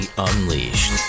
Unleashed